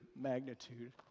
magnitude